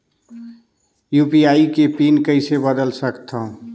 UPI के PIN कइसे बदल सकथव?